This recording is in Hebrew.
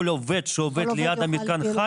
כל עובד שעובד ליד המתקן החי,